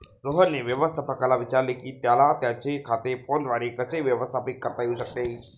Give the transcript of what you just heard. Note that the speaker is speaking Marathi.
सोहनने व्यवस्थापकाला विचारले की त्याला त्याचे खाते फोनद्वारे कसे व्यवस्थापित करता येऊ शकते